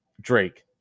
Drake